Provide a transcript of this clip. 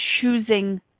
choosing